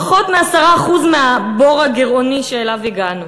פחות מ-10% מהבור הגירעוני שאליו הגענו.